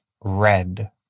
red